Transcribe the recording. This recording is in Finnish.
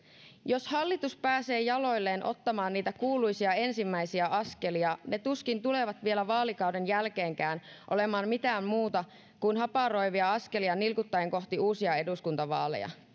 jos hallitus pääsee jaloilleen ottamaan niitä kuuluisia ensimmäisiä askelia ne tuskin tulevat vielä vaalikauden jälkeenkään olemaan mitään muuta kuin haparoivia askelia nilkuttaen kohti uusia eduskuntavaaleja